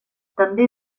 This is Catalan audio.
també